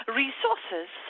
resources